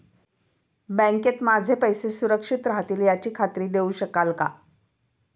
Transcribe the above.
बँकेत माझे पैसे सुरक्षित राहतील याची खात्री देऊ शकाल का?